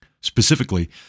Specifically